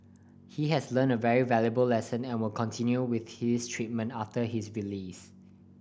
he has learnt a very valuable lesson and will continue with his treatment after his release